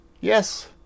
yes